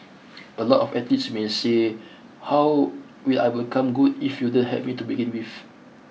a lot of athletes may say how will I become good if you don't help me to begin with